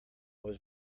was